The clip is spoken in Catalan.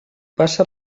passa